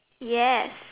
yes